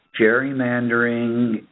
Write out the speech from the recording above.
gerrymandering